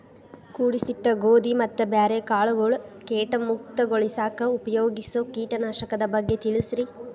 ಕೂಡಿಸಿಟ್ಟ ಗೋಧಿ ಮತ್ತ ಬ್ಯಾರೆ ಕಾಳಗೊಳ್ ಕೇಟ ಮುಕ್ತಗೋಳಿಸಾಕ್ ಉಪಯೋಗಿಸೋ ಕೇಟನಾಶಕದ ಬಗ್ಗೆ ತಿಳಸ್ರಿ